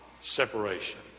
Separation